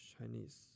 Chinese